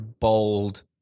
bold